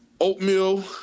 oatmeal